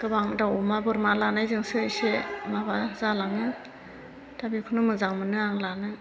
गोबां दाउ अमा बोरमा लानायजोंसो एसे माबा जालाङो दा बेखौनो मोजां मोनो आं लानो